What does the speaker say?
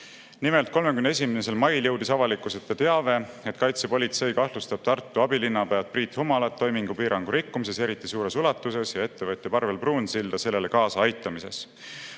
Nimelt, 31. mail jõudis avalikkuse ette teave, et kaitsepolitsei kahtlustab Tartu abilinnapead Priit Humalat toimingupiirangu rikkumises eriti suures ulatuses ja ettevõtjat Parvel Pruunsilda sellele kaasaaitamises.